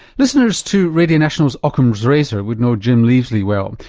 listeners to radio national's ockham's razor would know jim leavesley well.